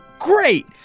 great